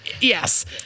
Yes